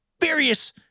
various